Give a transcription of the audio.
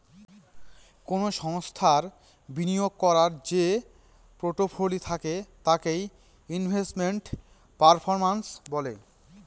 কোনো সংস্থার বিনিয়োগ করার যে পোর্টফোলি থাকে তাকে ইনভেস্টমেন্ট পারফরম্যান্স বলে